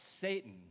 Satan